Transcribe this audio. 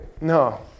no